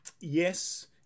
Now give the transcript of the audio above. yes